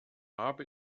habe